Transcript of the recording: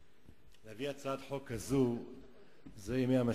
רשימת הדוברים בהצעת החוק: חבר הכנסת מנחם אליעזר